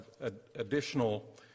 additional